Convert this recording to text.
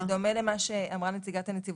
בדומה למה שאמרה נציגת הנציבות,